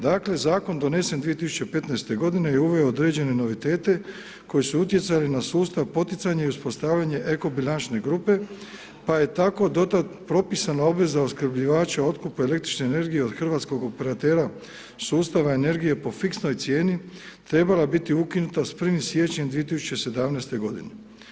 Dakle zakon donesen 2015. godine je uveo određene novitete koji su utjecali na sustav poticanja i uspostavljanje eko bilančne grupe pa je tako do tada propisana obveza opskrbljivača otkupa električne energije od hrvatskog operatera sustava energije po fiksnoj cijeni trebala biti ukinuta sa 1. siječnjem 2017. godine.